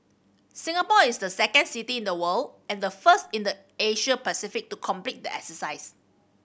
Singapore is the second city in the world and the first in the Asia Pacific to complete the exercise